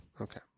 Okay